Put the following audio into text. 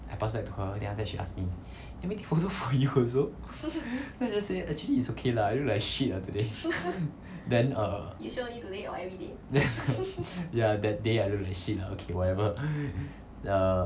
I passed back to her then after that she ask me let me take photo for you also then I just say actually is okay lah I look like shit ah today then err then ya that day I look like shit ya okay whatever err